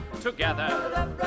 together